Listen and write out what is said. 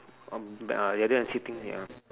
um too bad lah you don't have seating ya